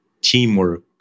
Teamwork